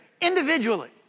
individually